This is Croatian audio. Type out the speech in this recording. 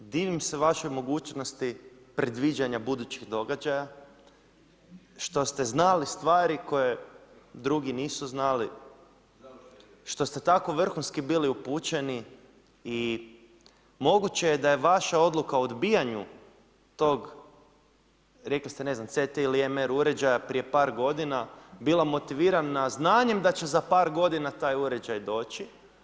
Divim se vašoj mogućnosti predviđanja budućih događaja što ste znali stvari koje drugi nisu znali što ste tako vrhunski bili upućeni i moguće je da je vaša odluka o odbijanju tog, rekli ste ne znam CT ili MR uređaja prije par godina bila motivirana znanjem da će za par godina taj uređaj doći.